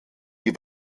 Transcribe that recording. die